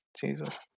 Jesus